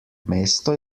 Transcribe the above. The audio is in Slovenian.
mesto